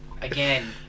Again